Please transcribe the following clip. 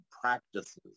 practices